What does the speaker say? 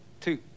two